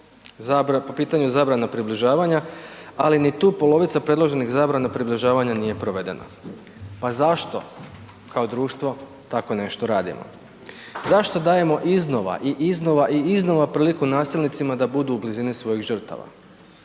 po pitanju zabrana približavanja ali ni tu polovica predloženih zabrana približavanja nije provedena. Pa zašto kao društvo tako nešto radimo? Zašto dajemo iznova i iznova i iznova priliku nasilnicima da budu u blizini svojih žrtava.